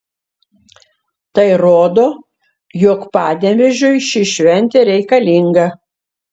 tai rodo jog panevėžiui ši šventė reikalinga